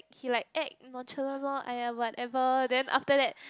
he like act nonchalant lor !aiya! whatever then after that